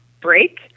break